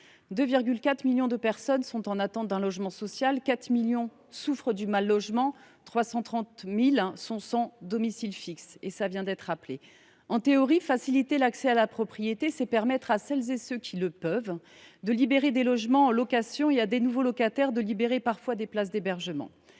2,4 millions de personnes sont en attente d’un logement social ; 4 millions souffrent du mal logement ; 330 000 sont sans domicile fixe. En théorie, faciliter l’accès à la propriété, c’est permettre à celles et ceux qui le peuvent de libérer des logements en location et à de nouveaux locataires de libérer, parfois, des places d’hébergement.